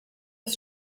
des